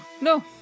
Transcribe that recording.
no